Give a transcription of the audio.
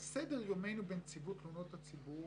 על סדר יומנו בנציבות תלונות הציבור,